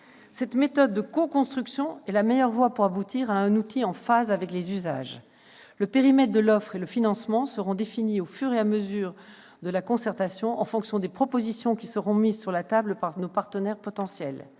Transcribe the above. Cette méthode de coconstruction est la meilleure voie pour aboutir à un outil en phase avec les usages. Le périmètre de l'offre et le financement seront définis au fur et à mesure de la concertation, en fonction des propositions qui seront mises sur la table par nos partenaires potentiels.